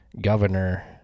governor